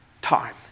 time